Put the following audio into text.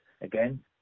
again